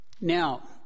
Now